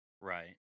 Right